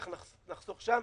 כך נחסוך שם.